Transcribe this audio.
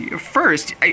First